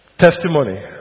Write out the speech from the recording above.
Testimony